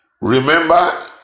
Remember